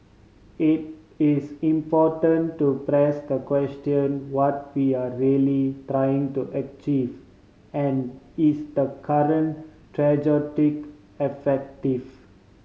it is important to press the question what we are really trying to achieve and is the current effective